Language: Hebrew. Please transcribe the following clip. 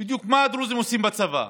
בדיוק מה הדרוזים עושים בצבא,